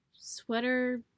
sweater